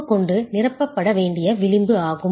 கூழ் கொண்டு நிரப்பப்பட வேண்டிய விளிம்பு ஆகும்